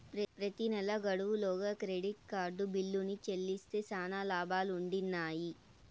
ప్రెతి నెలా గడువు లోగా క్రెడిట్ కార్డు బిల్లుని చెల్లిస్తే శానా లాబాలుండిన్నాయి